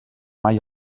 mai